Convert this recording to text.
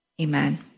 amen